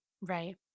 Right